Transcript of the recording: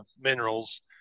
minerals